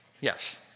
Yes